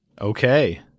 Okay